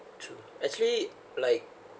true actually like